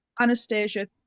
Anastasia